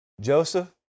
Joseph